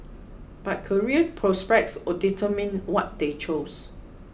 but career prospects determined what they chose